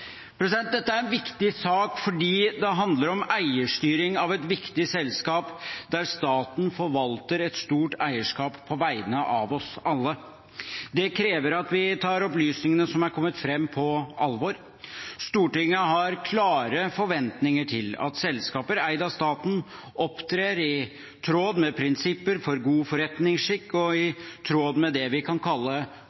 Dette er en viktig sak fordi den handler om eierstyring av et viktig selskap der staten forvalter et stort eierskap på vegne av oss alle. Det krever at vi tar opplysningene som er kommet frem, på alvor. Stortinget har klare forventninger til at selskaper eid av staten opptrer i tråd med prinsipper for god forretningsskikk og i